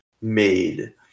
made